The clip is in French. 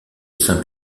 saint